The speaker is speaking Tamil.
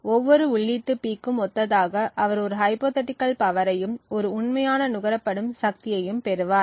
ஒவ்வொரு உள்ளீட்டு P க்கும் ஒத்ததாக அவர் ஒரு ஹைப்போதீட்டிகள் பவரையும் ஒரு உண்மையான நுகரப்படும் சக்தியையும் பெறுவார்